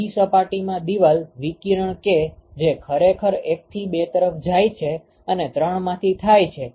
ત્રીજી સપાટીમાં દીવાલ વિકિરણ કે જે ખરેખર 1 થી 2 તરફ જાય છે અને 3માંથી થાય છે